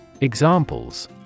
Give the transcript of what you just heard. Examples